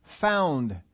found